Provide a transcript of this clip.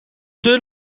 dun